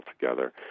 together